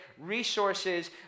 resources